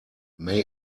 may